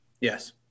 Yes